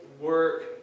work